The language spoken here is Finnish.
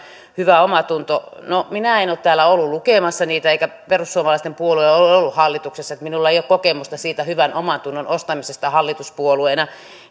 hyvä omatunto no minä en ole täällä ollut lukemassa niitä eikä perussuomalaisten puolue ole ollut hallituksessa niin että minulla ei ole kokemusta siitä hyvän omantunnon ostamisesta hallituspuolueena